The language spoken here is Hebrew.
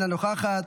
אינה נוכחת,